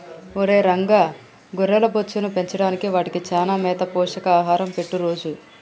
ఒరై రంగ గొర్రెల బొచ్చును పెంచడానికి వాటికి చానా మేత పోషక ఆహారం పెట్టు రోజూ